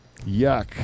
Yuck